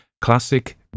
classic